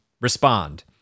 respond